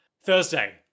Thursday